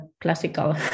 classical